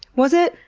was it?